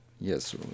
yes